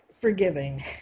forgiving